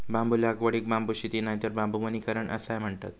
बांबू लागवडीक बांबू शेती नायतर बांबू वनीकरण असाय म्हणतत